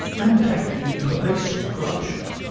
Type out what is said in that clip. and tackling pervasive corruption.